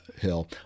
hill